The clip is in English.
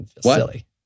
Silly